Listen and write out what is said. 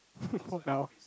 from now